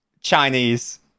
Chinese